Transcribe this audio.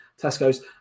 Tesco's